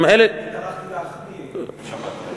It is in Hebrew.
אני טרחתי להחמיא, אם שמעת.